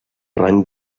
rang